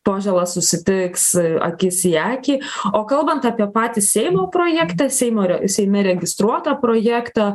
požela susitiks akis į akį o kalbant apie patį seimo projekte seimo seime registruotą projektą